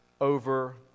over